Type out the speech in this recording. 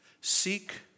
Seek